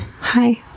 Hi